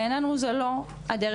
בעינינו זו לא הדרך.